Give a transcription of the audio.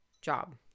job